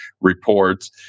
reports